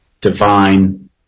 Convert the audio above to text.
divine